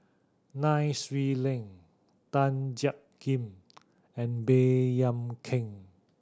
Nai Swee Leng Tan Jiak Kim and Baey Yam Keng